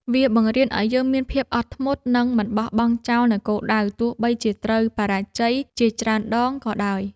វាបង្រៀនឱ្យយើងមានភាពអត់ធ្មត់ និងមិនបោះបង់ចោលនូវគោលដៅ ទោះបីជាត្រូវបរាជ័យជាច្រើនដងក៏ដោយ។